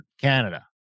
Canada